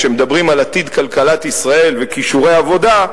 כשמדברים על עתיד כלכלת ישראל וכישורי עבודה,